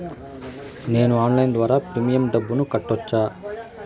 నేను ఆన్లైన్ ద్వారా ప్రీమియం డబ్బును కట్టొచ్చా?